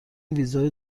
ویزای